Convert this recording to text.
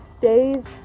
Days